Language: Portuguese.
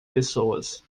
pessoas